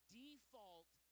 default